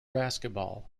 basketball